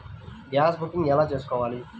Gas booking ఎలా చేసుకోవాలి?